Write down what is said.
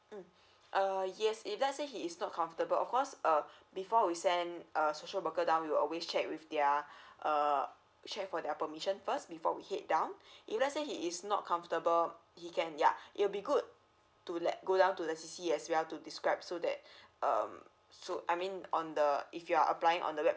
mm err yes if let's say he is not comfortable of course uh before we send a social worker down we will always check with their err check for their permission first before we head down if let's say he is not comfortable he can yeah it'll be good to let go down to the C_C as well to describe so that um so I mean on the if you're applying on the web